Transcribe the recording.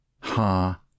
ha